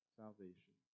salvation